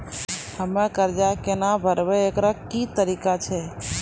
हम्मय कर्जा केना भरबै, एकरऽ की तरीका छै?